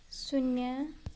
शून्य